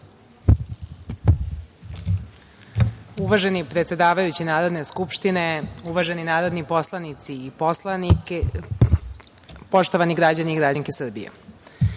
Uvaženi predsedavajući Narodne skupštine, uvaženi narodni poslanici i poslanice, poštovani građani i građanke Srbije,